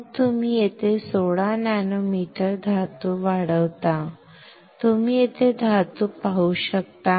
मग तुम्ही येथे 16 नॅनोमीटर धातू वाढवा तुम्ही येथे धातू पाहू शकता